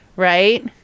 Right